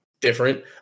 different